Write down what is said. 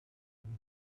been